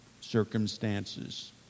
circumstances